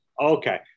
Okay